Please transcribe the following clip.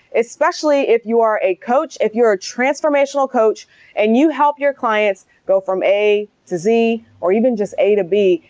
especially if you are a coach. if you're a transformational coach and you help your clients go from a to z or even just a to b,